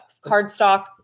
cardstock